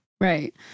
Right